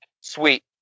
sweet